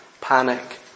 panic